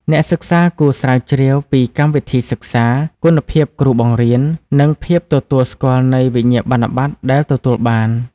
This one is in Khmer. អ្នកសិក្សាគួរស្រាវជ្រាវពីកម្មវិធីសិក្សា គុណភាពគ្រូបង្រៀន និងភាពទទួលស្គាល់នៃវិញ្ញាបនបត្រដែលទទួលបាន។